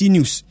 News